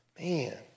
man